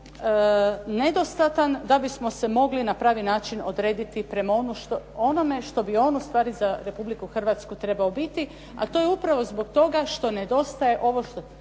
nedostatan da bismo se mogli na pravi način odrediti prema onome što bi on ustvari za Republiku Hrvatsku trebao biti a to je upravo zbog toga što nedostaje ovo što